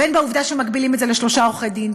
בין בעובדה שמגבילים את זה לשלושה עורכי-דין,